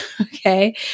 okay